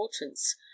importance